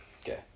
Okay